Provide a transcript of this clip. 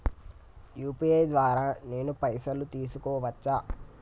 UPI ద్వారా నేను పైసలు తీసుకోవచ్చా?